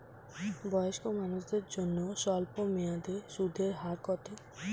বয়স্ক মানুষদের জন্য স্বল্প মেয়াদে সুদের হার কত?